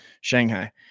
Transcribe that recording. Shanghai